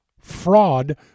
fraud